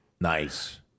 Nice